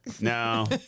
No